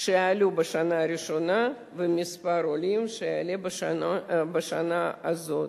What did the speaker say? שעלו בשנה הראשונה ומספר העולים שיעלו בשנה הזו.